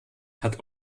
hat